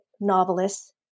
novelists